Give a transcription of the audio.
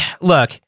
look